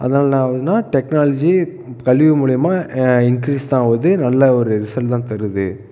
அதுனாலே என்ன ஆகுதுன்னா டெக்னாலஜி கல்வி மூலியமாக இன்கிரீஸ் தான் ஆகுது நல்ல ஒரு ரிசல்ட் தான் தருது